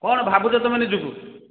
କ'ଣ ଭାବୁଛ ତୁମେ ନିଜକୁ